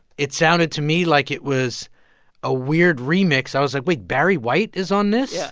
it sounded to me like it was a weird remix. i was like, wait. barry white is on this? yeah